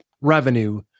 revenue